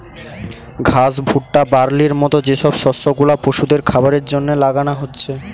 ঘাস, ভুট্টা, বার্লির মত যে সব শস্য গুলা পশুদের খাবারের জন্যে লাগানা হচ্ছে